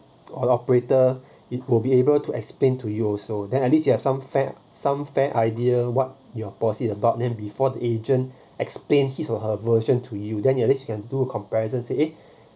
all operator it will be able to explain to you also then at least you have some fair some fair idea what your boss it about them before the agent explain his or her version to you then you at least can do comparisons say eh